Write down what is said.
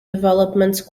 developments